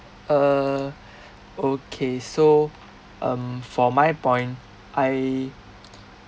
uh okay so um for my point I